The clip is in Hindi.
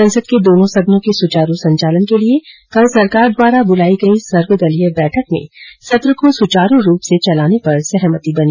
संसद के दोनों सदनों के सुचारू संचालन के लिए कल सरकार द्वारा बुलाई गई सर्वदलीय बैठक में सत्र को सुचारू रूप से चलाने पर सहमति बनी